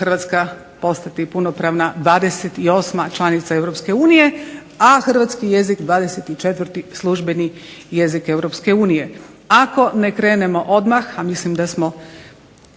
Hrvatska postati punopravna 28 članica Europske unije, a hrvatski jezik 24 službeni jezik Europske unije. Ako ne krenemo odmah, a mislim da smo